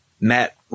Matt